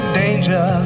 danger